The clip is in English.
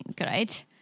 right